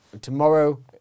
tomorrow